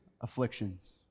afflictions